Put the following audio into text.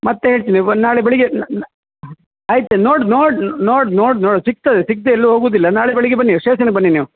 ಮತ್ತು ಹೇಳ್ತಿನಿ ಬ ನಾಳೆ ಬೆಳಗ್ಗೆ ನ್ ನ್ ಆಯಿತು ನೋಡಿ ನೋಡಿ ನೋಡಿ ನೋಡಿ ಸಿಕ್ತದೆ ಸಿಕ್ಕದೆ ಎಲ್ಲು ಹೋಗುದಿಲ್ಲ ನಾಳೆ ಬೆಳಗ್ಗೆ ಬನ್ನಿ ಸ್ಟೇಷನಿಗೆ ಬನ್ನಿ ನೀವು